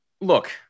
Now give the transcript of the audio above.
look